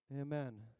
Amen